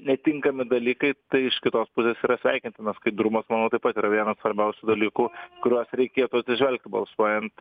netinkami dalykai tai iš kitos pusės yra sveikintina skaidrumas manau taip pat yra vienas svarbiausių dalykų kuriuos reikėtų atsižvelgti balsuojant